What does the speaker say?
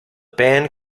band